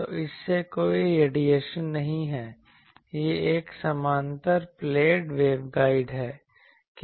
तो इससे कोई रेडिएशन नहीं है यह एक समानांतर प्लेट वेवगाइड है